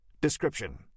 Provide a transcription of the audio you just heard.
Description